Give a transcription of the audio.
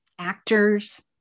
actors